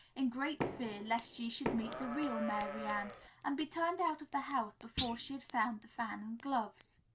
in great fear lest she should meet the real mary ann and be turned out of the house before she had found the fan and gloves.